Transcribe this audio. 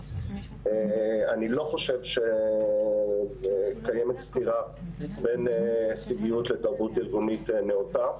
אני לא חושב שקיימת סתירה בין הישגיות לתרבות ארגונית נאותה.